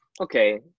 okay